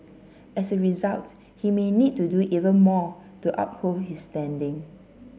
as a result he may need to do even more to uphold his standing